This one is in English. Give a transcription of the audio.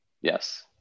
Yes